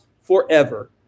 forever